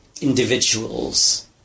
individuals